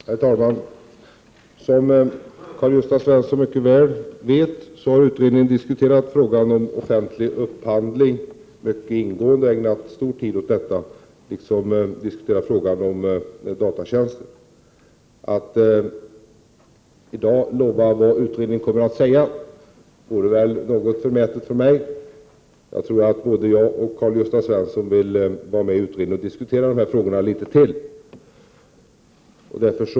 Herr talman! Som Karl-Gösta Svenson mycket väl vet har man i utredningen diskuterat frågan om offentlig upphandling. Man har ägnat mycket tid åt detta, och man har också diskuterat frågan om datatjänster. Att i dag lova vad utredningen kommer att säga vore väl något förmätet av mig. Jag tror att både Karl-Gösta Svenson och jag vill vara med i utredningen och diskutera frågorna litet till.